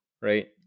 right